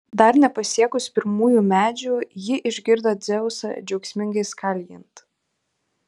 dar nepasiekus pirmųjų medžių ji išgirdo dzeusą džiaugsmingai skalijant